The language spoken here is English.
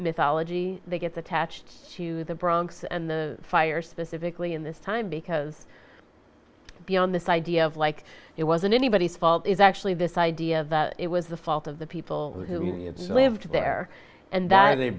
myth ology they get attached to the bronx and the fire specifically in this time because beyond this idea of like it wasn't anybody's fault is actually this idea that it was the fault of the people who lived there and that